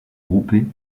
groupés